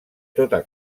tota